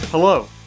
Hello